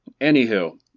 Anywho